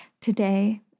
Today